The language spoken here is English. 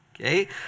okay